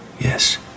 Yes